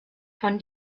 von